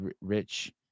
rich